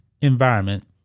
environment